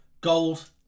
gold